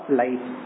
life